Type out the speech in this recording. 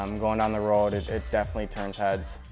um going down the road, it definitely turns heads.